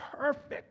perfect